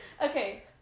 Okay